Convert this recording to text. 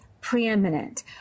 preeminent